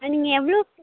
நீங்கள் எவ்வளோ